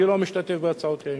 אני לא משתתף בהצעות האי-אמון,